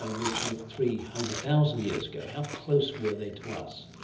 ah which lived three hundred thousand years ago, how close were they to us?